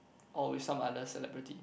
or with some others celebrity